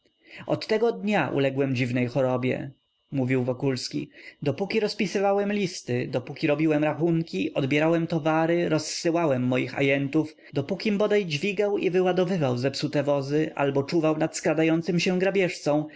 od tego dnia uległem dziwnej chorobie mówił wokulski dopóki rozpisywałem listy robiłem rachunki odbierałem towary rozsyłałem moich ajentów dopókim bodaj dźwigał i wyładowywał zepsute wozy albo czuwał nad skradającym się